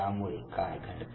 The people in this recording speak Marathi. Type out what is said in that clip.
यामुळे काय घडते